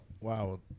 wow